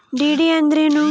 DD ಅಂದ್ರೇನು?